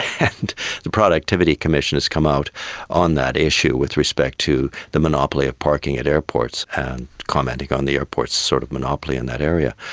and the productivity commission has come out on that issue with respect to the monopoly of parking at airports and commenting on the airports' sort of monopoly in that area.